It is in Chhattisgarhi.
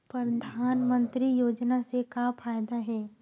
परधानमंतरी योजना से का फ़ायदा हे?